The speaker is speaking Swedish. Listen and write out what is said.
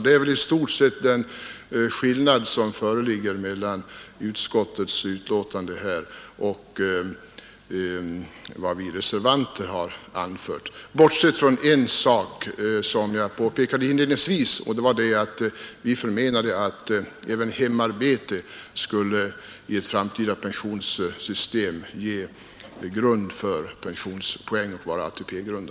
Det är väl i stort sett den enda skillnad som föreligger mellan utskottsmajoritetens och reservanternas uppfattning — bortsett från att vi, som jag inledningsvis påpekade, anser att även hemarbetet i ett framtida pensionssystem borde ge ATP-poäng.